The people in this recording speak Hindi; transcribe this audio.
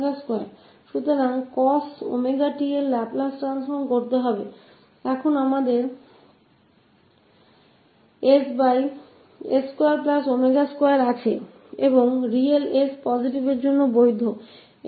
अब हमारे पास है ss2w2 और यह वैद्य है रियल पॉजिटिव s क लिए